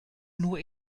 nur